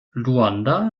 luanda